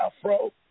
afro